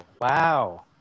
Wow